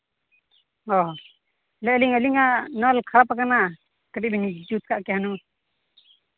ᱦᱚᱸ ᱞᱟᱹᱭ ᱮᱫᱟᱹᱞᱤ ᱟᱹᱞᱤᱧᱟᱜ ᱱᱚᱞ ᱠᱷᱟᱨᱟᱯ ᱟᱠᱟᱱᱟ ᱠᱟᱹᱴᱤᱡ ᱵᱤᱱ ᱡᱩᱛ ᱠᱟᱜ ᱠᱮᱭᱟ ᱦᱩᱱᱟᱹᱝ